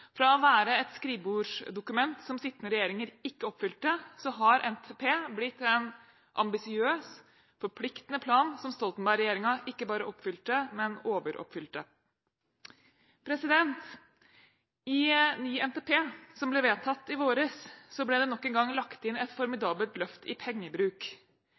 Fra å være et skrivebordsdokument som sittende regjeringer ikke oppfylte, har NTP blitt en ambisiøs, forpliktende plan som Stoltenberg-regjeringen ikke bare oppfylte, men overoppfylte. I ny NTP som ble vedtatt i vår, ble det nok en gang lagt inn et formidabelt løft i pengebruk.